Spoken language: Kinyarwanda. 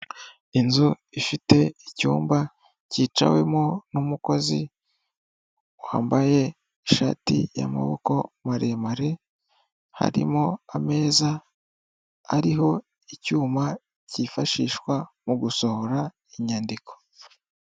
Inzu ifite icyumba cyicawemo n'umukozi wambaye ishati y'amaboko maremare harimo ameza ariho icyuma cyifashishwa mu gusohora inyandiko.